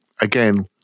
again